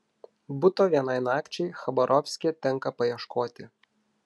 buto vienai nakčiai chabarovske tenka paieškoti